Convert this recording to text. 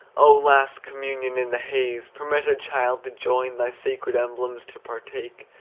oh, last communion in the haze, permit a child to join, thy sacred emblems to partake,